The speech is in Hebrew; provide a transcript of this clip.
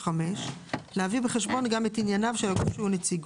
או (5) להביא בחשבון גם את ענייניו של הגוף שהוא נציגו,